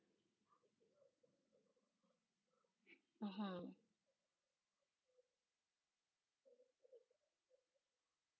mmhmm